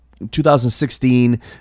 2016